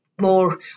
more